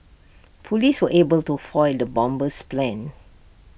Police were able to foil the bomber's plans